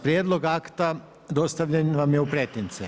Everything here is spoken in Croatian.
Prijedlog akta dostavljen vam je u pretince.